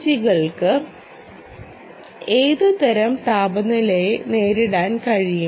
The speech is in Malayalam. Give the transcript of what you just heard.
ജികൾക്ക് ഏതുതരം താപനിലയെ നേരിടാൻ കഴിയും